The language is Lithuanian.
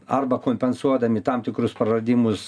arba kompensuodami tam tikrus praradimus